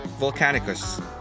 Volcanicus